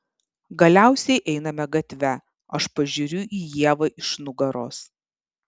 galiausiai einame gatve aš pažiūriu į ievą iš nugaros